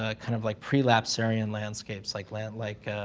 ah kind of like prelapsarian landscapes. like, land, like,